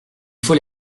faut